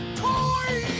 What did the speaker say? toy